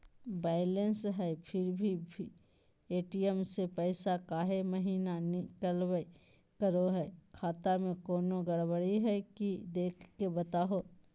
Balance है फिर भी भी ए.टी.एम से पैसा काहे महिना निकलब करो है, खाता में कोनो गड़बड़ी है की देख के बताहों?